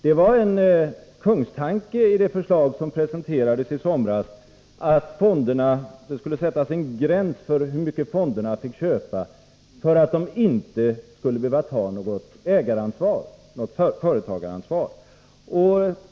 Det var en kungstanke i det förslag som presenterades i somras att det skulle sättas en gräns för hur mycket fonderna fick köpa för att de inte skulle behöva ta något ägaransvar, något företagaransvar.